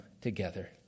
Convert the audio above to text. together